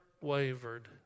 wavered